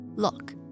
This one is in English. Look